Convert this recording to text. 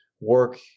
work